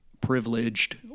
privileged